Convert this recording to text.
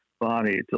body